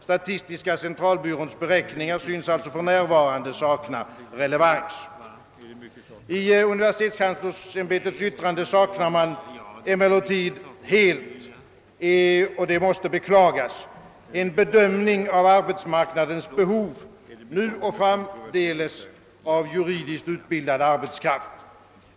Statistiska centralbyråns beräkningar synes alltså för närvarande sakna relevans. I universitetskanslersämbetets yttrande saknas emellertid helt — det måste beklagas — en bedömning av arbetsmarknadens behov nu och framdeles av juridiskt utbildad arbetskraft.